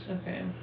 Okay